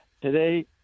today